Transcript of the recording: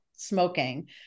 Smoking